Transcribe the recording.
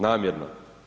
Namjerno.